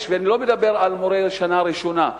אני לא מדבר על מורה בשנה הראשונה,